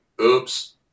Oops